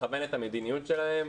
לכוון את המדיניות שלהם,